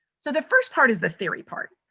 so, the first part is the theory part.